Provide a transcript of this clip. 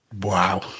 Wow